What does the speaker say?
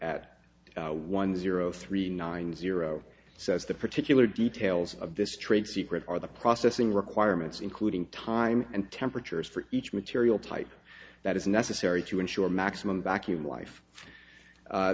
at one zero three nine zero says the particular details of this trade secret are the processing requirements including time and temperatures for each material type that is necessary to ensure maximum vacuum life